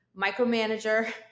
micromanager